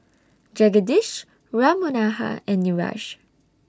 Jagadish Ram Manohar and Niraj